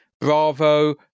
Bravo